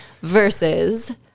versus